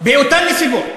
באותן נסיבות,